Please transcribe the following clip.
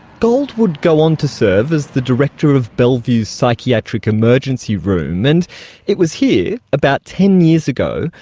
gold would go on to serve as the director of bellevue's psychiatric emergency room. and it was here, about ten years ago,